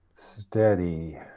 steady